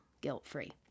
guilt-free